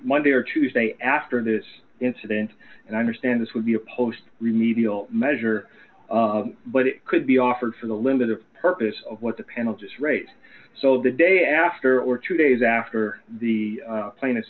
monday or tuesday after this incident and i understand this would be a post remedial measure but it could be offered for the limited purpose of what the penalty is rate so the day after or two days after the plane is